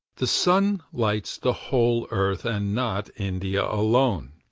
the sun lights the whole earth, and not india alone.